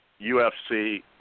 UFC